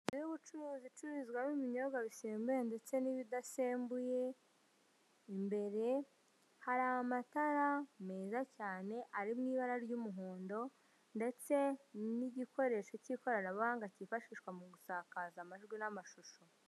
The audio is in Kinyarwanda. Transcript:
Inzu y'ubucuruzi ibicuruzwa n'ibinyobwa bisembuye ndetse n'ibidasembuye, imbere hari amatara meza cyane ari mu ibara ry'umuhondo, ndetse n'igikoresho cy'ikoranabuhanga kifashishwa mu gusakaza amajwi n'amashusho.